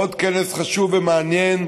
עוד כנס חשוב ומעניין,